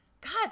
god